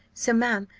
so, ma'am,